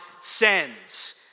sends